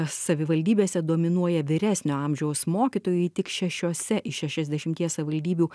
savivaldybėse dominuoja vyresnio amžiaus mokytojai tik šešiose iš šešiasdešimties savivaldybių